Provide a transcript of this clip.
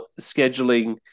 scheduling